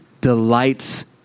delights